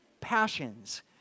passions